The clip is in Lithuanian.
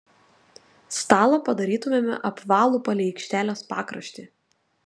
stalą padarytumėme apvalų palei aikštelės pakraštį